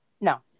No